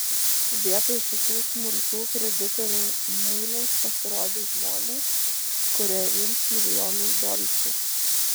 vietoj šitų smulkių kreditorių mailiaus pasirodys žmonės kurie ims milijonus dolcų